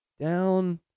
down